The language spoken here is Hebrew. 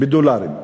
בדולרים.